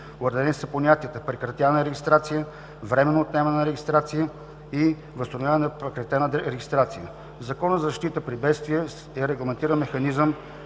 Уредени са понятията „прекратяване на регистрация”, „временно отнемане на регистрация” и „възстановяване на прекратена регистрация”. В Закона за защита при бедствия е регламентиран механизъм